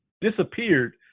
disappeared